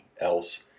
else